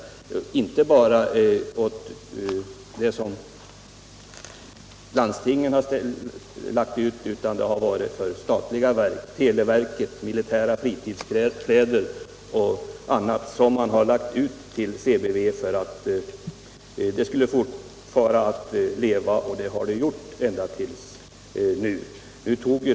Det har inte bara varit beställningar från landstingen utan också från statliga verk, t.ex. televerket. Det har varit militära fritidskläder och annat som man har beställt hos CBV för att detta företag skulle kunna fortleva, och det har det ju gjort hittills.